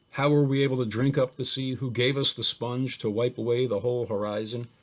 how are we able to drink up the sea, who gave us the sponge to wipe away the whole horizon?